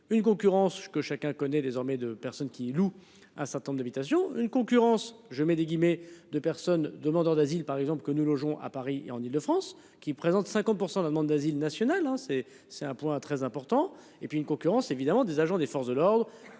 une concurrence que chacun connaît désormais de personnes qui louent un certain nombre d'habitations une concurrence je mets des guillemets de personnes demandeurs d'asile par exemple que nous logeons à Paris et en Île-de-France qui présentent 50% la demande d'asile national hein c'est c'est un point très important et puis une concurrence évidemment des agents des forces de l'ordre